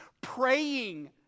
praying